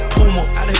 Puma